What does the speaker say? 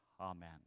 Amen